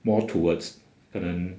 more towards 可能